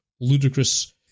ludicrous